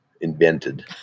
invented